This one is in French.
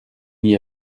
n’y